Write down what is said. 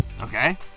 Okay